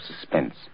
suspense